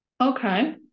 okay